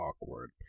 awkward